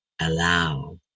Allow